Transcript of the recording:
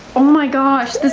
oh my gosh, this